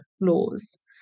laws